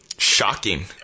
Shocking